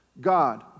God